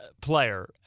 player